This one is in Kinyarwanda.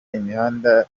imihanda